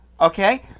okay